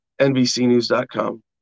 NBCnews.com